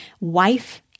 wife